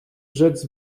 rzec